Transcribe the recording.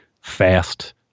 fast